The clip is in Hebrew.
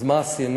אז מה עשינו?